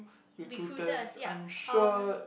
recruiters yup um